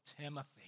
Timothy